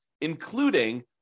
including